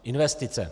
Investice.